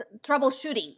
troubleshooting